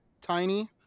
tiny